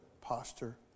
posture